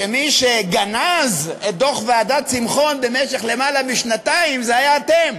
שמי שגנזו את דוח ועדת שמחון במשך למעלה משנתיים הייתם אתם.